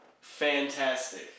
Fantastic